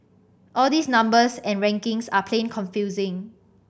all these numbers and rankings are plain confusing